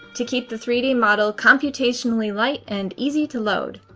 to keep the three d model computationally light and easy to load.